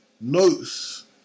notes